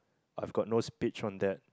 I've got no speech on that